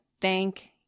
thank